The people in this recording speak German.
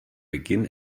beginn